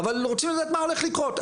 אבל רוצים לדעת מה הולך לקרות,